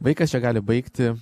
vaikas čia gali baigti